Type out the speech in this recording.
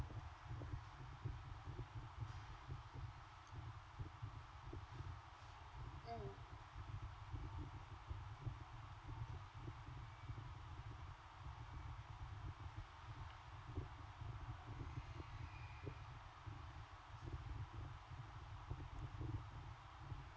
mm